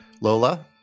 Lola